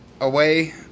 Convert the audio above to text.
away